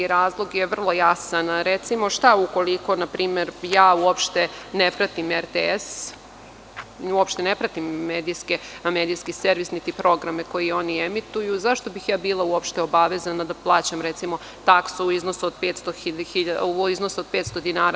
Razlog je vrlo jasan, recimo šta ukoliko ja uopšte ne pratim RTS i uopšte ne pratim medijski servis niti programe koje oni emituju, zašto bih bila obavezana da plaćam taksu u iznosu od 500 dinara?